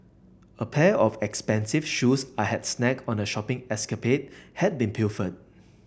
a pair of expensive shoes I had snagged on a shopping escapade had been pilfered